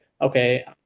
okay